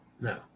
No